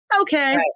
okay